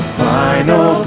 final